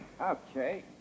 Okay